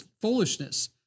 foolishness